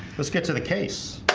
let's get to the case